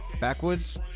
Backwards